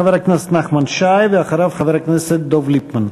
חבר הכנסת נחמן שי, ואחריו, חבר הכנסת דב ליפמן.